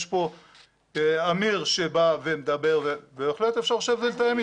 יש פה אמיר שבא ומדבר ובהחלט אפשר לשבת ולתאם איתו.